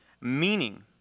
meaning